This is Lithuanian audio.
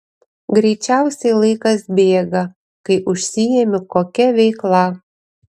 greičiausiai laikas bėga kai užsiimi kokia veikla